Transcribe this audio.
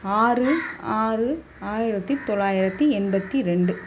ஆறு ஆறு ஆயிரத்து தொள்ளாயிரத்து எண்பத்து ரெண்டு